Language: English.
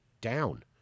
down